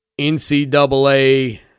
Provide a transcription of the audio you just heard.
NCAA